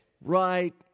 right